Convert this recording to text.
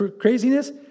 craziness